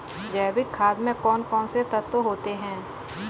जैविक खाद में कौन कौन से तत्व होते हैं?